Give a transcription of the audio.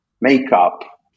makeup